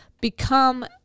Become